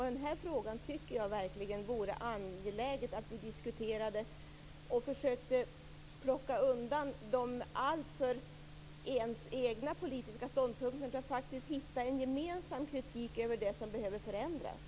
Det vore verkligen angeläget att vi diskuterade den här frågan, att vi försökte plocka undan våra egna politiska ståndpunkter och försökte hitta en gemensam kritik mot det som behöver förändras.